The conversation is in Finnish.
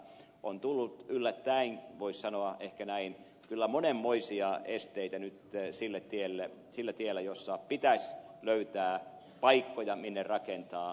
on tullut yllättäen voisi sanoa ehkä näin kyllä monenmoisia esteitä nyt sillä tiellä kun pitäisi löytää paikkoja minne rakentaa